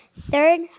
Third